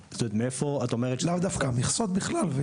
לאו דווקא, מכסות בכלל.